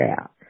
out